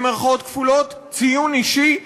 ציון אישי,